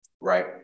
right